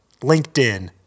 LinkedIn